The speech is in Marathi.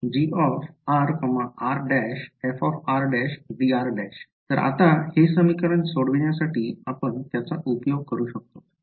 तर आता हे समीकरण सोडवण्यासाठी आपण त्याचा उपयोग करू शकतो